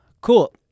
Cool